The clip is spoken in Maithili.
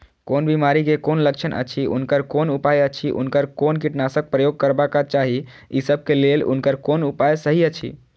कोन बिमारी के कोन लक्षण अछि उनकर कोन उपाय अछि उनकर कोन कीटनाशक प्रयोग करबाक चाही ई सब के लेल उनकर कोन उपाय सहि अछि?